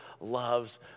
loves